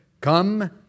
Come